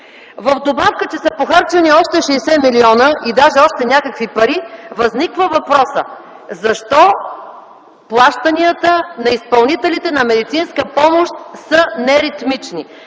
В добавка, че са похарчени още 60 милиона, даже още някакви пари, възникват въпросите: Защо плащанията на изпълнителите на медицинска помощ са неритмични?